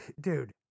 Dude